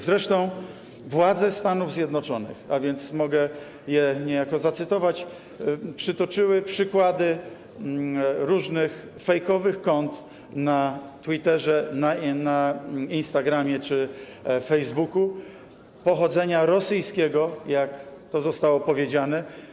Zresztą władze Stanów Zjednoczonych, mogę je niejako zacytować, przytoczyły przykłady różnych fejkowych kont na Twitterze, na Instagramie czy Facebooku, pochodzenia rosyjskiego, jak to zostało powiedziane.